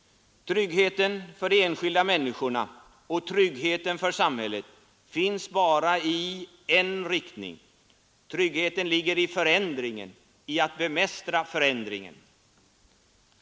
Tryggheten för de enskilda människorna och tryggheten för samhället finns bara i en riktning — tryggheten ligger i förändringen, i att bemästra förändringen.